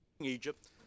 Egypt